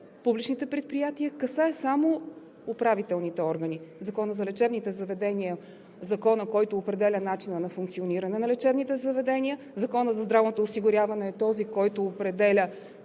публичните предприятия касае само управителните органи. Законът за лечебните заведения – законът, който определя начина на функциониране на лечебните заведения, Законът за здравното осигуряване е този, който определя